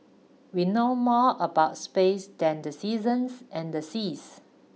we know more about space than the seasons and the seas